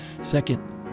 Second